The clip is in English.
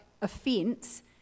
offence